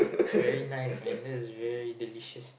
is very nice man that is very delicious